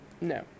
no